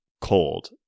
cold